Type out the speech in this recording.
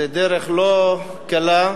זה דרך לא קלה,